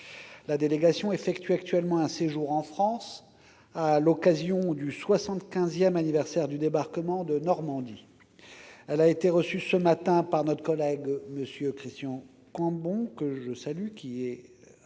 La délégation effectue actuellement un séjour en France à l'occasion du soixante-quinzième anniversaire du débarquement de Normandie. Elle a été reçue ce matin par notre collègue, M. Christian Cambon, président